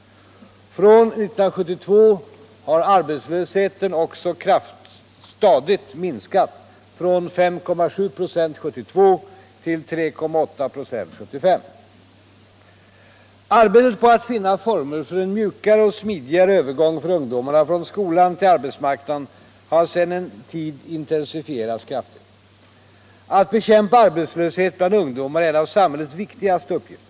Från 1972 har arbetslösheten stadigt minskat från 5,7 26 till 3,8 96 1975. Arbetet på att finna former för en mjukare och smidigare övergång för ungdomarna från skolan till arbetsmarknaden har sedan en tid intensifierats kraftigt. Att bekämpa arbetslöshet bland ungdomar är en av samhällets viktigaste uppgifter.